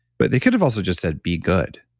but they could have also just said be good.